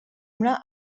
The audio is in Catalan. una